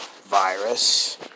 virus